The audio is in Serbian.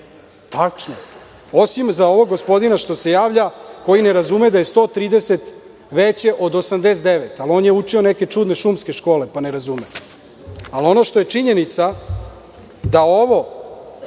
osim za ovog gospodina što se javlja, koji ne razume da je 130 veće od 89, ali on je učio neke čudne šumske škole pa ne razume. Ono što je činjenica da ovo